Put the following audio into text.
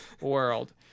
world